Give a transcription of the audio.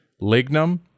Lignum